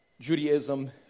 Judaism